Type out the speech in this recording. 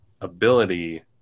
ability